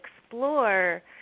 explore